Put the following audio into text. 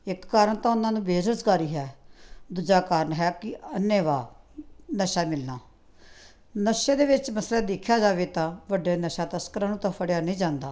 ਇੱਕ ਕਾਰਨ ਤਾਂ ਉਹਨਾਂ ਨੂੰ ਬੇਰੁਜ਼ਗਾਰੀ ਹੈ ਦੂਜਾ ਕਾਰਨ ਹੈ ਕਿ ਅੰਨੇ ਵਾਹ ਨਸ਼ਾ ਮਿਲਣਾ ਨਸ਼ੇ ਦੇ ਵਿੱਚ ਦੇਖਿਆ ਜਾਵੇ ਤਾਂ ਵੱਡੇ ਨਸ਼ਾ ਤਸਕਰਾਂ ਨੂੰ ਤਾਂ ਫੜਿਆ ਨਹੀਂ ਜਾਂਦਾ